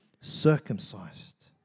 circumcised